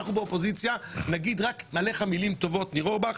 נאמר באופוזיציה רק מילים טובות עליך ניר אורבך,